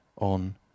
on